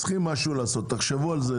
צריך לעשות משהו, ותחשבו על זה.